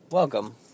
Welcome